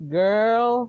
girl